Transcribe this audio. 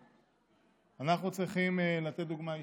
אנחנו צריכים לתת דוגמה אישית.